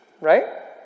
right